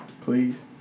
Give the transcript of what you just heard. please